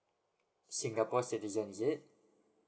singapore citizen is it